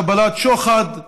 קבלת שוחד,